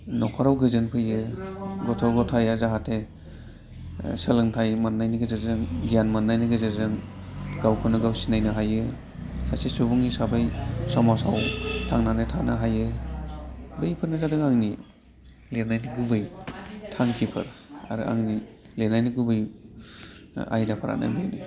न'खराव गोजोन फैयो गथ' गथाया जाहाथे सोलोंथाइ मोननायनि गेजेरजों गियान मोननायनि गेजेरजों गावखौनो गाव सिनायनो हायो सासे सुबुं हिसाबै समाजाव थांनानै थानो हायो बैफोरनो जादों आंनि लिरनायनि गुबै थांखिफोर आरो आंनि लिरनायनि गुबै आयदाफोरानो बेनो